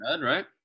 right